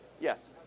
Yes